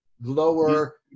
lower